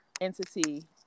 entity